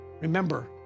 Remember